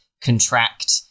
contract